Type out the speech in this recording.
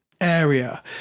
area